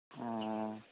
ꯑꯣ